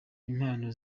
impano